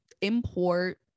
import